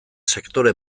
sektore